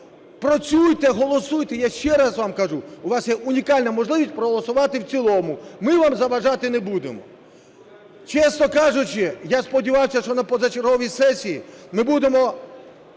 Працюйте, голосуйте, я ще раз вам кажу, у вас є унікальна можливість проголосувати в цілому, ми вам заважати не будемо. Чесно кажучи, я сподівався, що на позачерговій сесії ми будемо